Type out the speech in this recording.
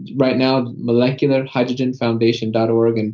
right now molecularhydrogenfoundation dot org. and